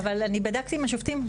אבל אני בדקתי עם השופטים,